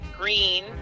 green